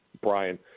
Brian